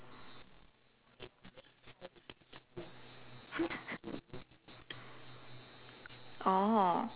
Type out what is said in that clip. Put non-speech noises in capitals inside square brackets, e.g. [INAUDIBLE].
[LAUGHS] oh